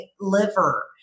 liver